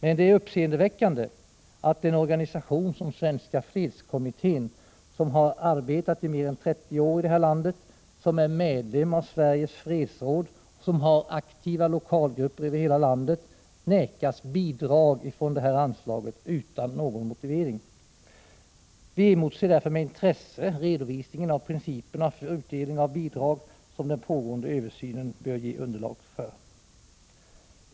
Men det är uppseendeväckande att en organisation som Svenska fredskommittén, som har arbetat i mer än 30 år i detta land, som är medlem av Sveriges fredsråd och som har aktiva lokalgrupper över hela landet, utan någon motivering vägras bidrag från detta anslag. Vi emotser därför med intresse redovisningen av principerna för fördelning av bidrag, som den pågående översynen bör ge underlag för.